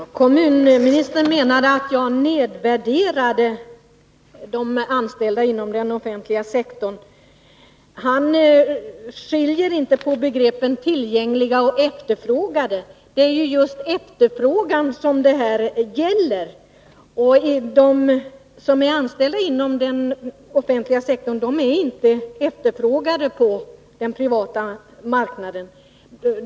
Fru talman! Kommunministern menade att jag nedvärderade de anställda inom den offentliga sektorn. Han skiljer inte på begreppen tillgängliga och efterfrågade. Det är just efterfrågan som det här gäller. De som är anställda inom den offentliga sektorn är inte efterfrågade på den privata marknaden.